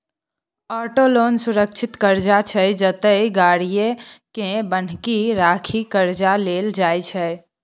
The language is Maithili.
आटो लोन सुरक्षित करजा छै जतय गाड़ीए केँ बन्हकी राखि करजा लेल जाइ छै